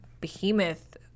behemoth